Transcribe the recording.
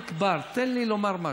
יחיאל חיליק בר, תן לי לומר משהו.